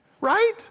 Right